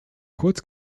kurz